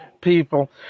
people